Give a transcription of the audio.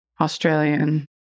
Australian